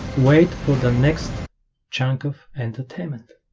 wait for the next chunk of entertainment